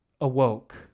awoke